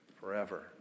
forever